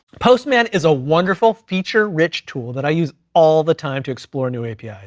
postman is a wonderful feature rich tool that i use all the time to explore new apis.